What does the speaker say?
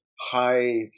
high